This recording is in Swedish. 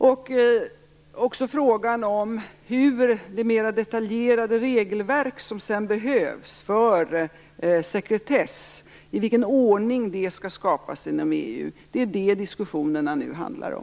Också frågan om i vilken ordning det mera detaljerade regelverk som sedan behövs för sekretess skall skapas inom EU är vad diskussionerna handlar om.